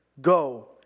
Go